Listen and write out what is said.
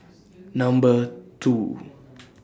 Number two